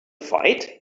fight